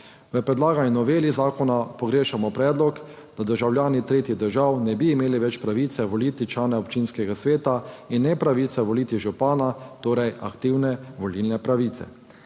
V predlagani noveli zakona pogrešamo predlog, da državljani tretjih držav ne bi imeli več pravice voliti člana občinskega sveta in ne pravice voliti župana, torej aktivne volilne pravice.